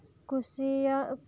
ᱠᱩᱥᱤᱭᱟᱜ